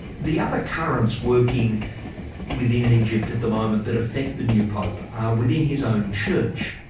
the other currents working within egypt at the moment that affect the new pope are within his own church.